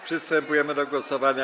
Przystępujemy do głosowania.